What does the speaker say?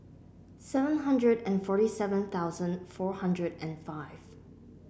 seven hundred and forty seven thousand four hundred and five